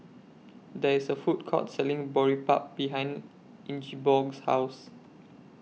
There IS A Food Court Selling Boribap behind Ingeborg's House